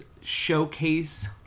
Showcase